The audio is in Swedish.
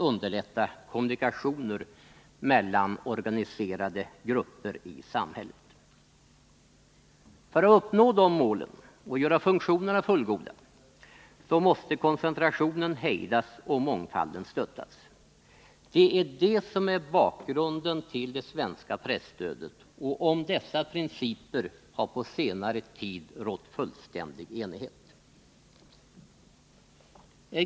Underlätta kommunikationer mellan organiserade grupper i samhället. För att uppnå detta mål och göra funktionerna fullgoda måste koncentrationen hejdas och mångfalden stöttas. Det är bakgrunden till det svenska presstödet, och om dessa principer har på senare tid rått fullständig enighet.